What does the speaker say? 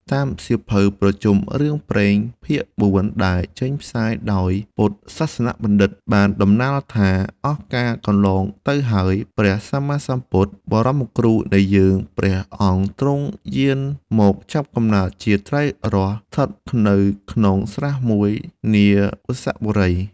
តាមសៀវភៅប្រជុំរឿងព្រេងខ្មែរ ភាគ៩ ដែលចេញផ្សាយដោយពុទ្ធសាសនបណ្ឌិត្យ បានដំណាលថា អស់កាលកន្លងទៅហើយ ព្រះសម្មាស្ពុទ្ធ បរម្យគ្រូនៃយើង ព្រះអង្គទ្រង់យោនយកកំណើតជាត្រីរ៉ស់ ស្ថិតនៅក្នុងស្រះមួយ នាវស្សបុរី។